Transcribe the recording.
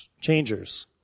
changers